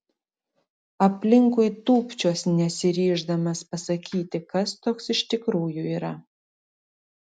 aplinkui tūpčios nesiryždamas pasakyti kas toks iš tikrųjų yra